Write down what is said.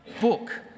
book